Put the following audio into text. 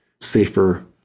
safer